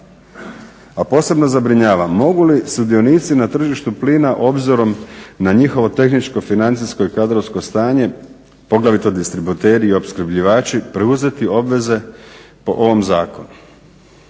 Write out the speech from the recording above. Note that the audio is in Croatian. A posebno zabrinjavam mogu li sudionici na tržištu plina obzirom na njihovo tehničko financijsko i kadrovsko stanje poglavito distributeri i opskrbljivači preuzeti obveze po ovom zakonu.